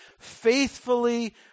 faithfully